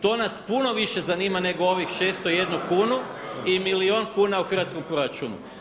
To nas puno više zanima nego ovih 601 kunu i milijun kuna u hrvatskom proračunu.